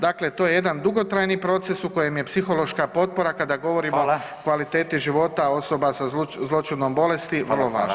Dakle, to je jedan dugotrajni proces u kojem je psihološka potpora kada govorimo o kvaliteti života [[Upadica: Hvala.]] osoba sa zloćudnom bolesti vrlo važna.